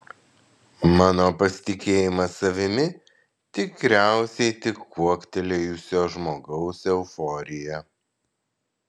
mano pasitikėjimas savimi tikriausiai tik kuoktelėjusio žmogaus euforija